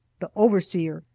the overseer,